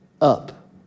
up